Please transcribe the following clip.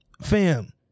Fam